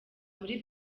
muri